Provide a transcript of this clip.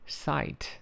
sight